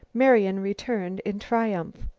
marian returned in triumph.